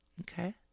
Okay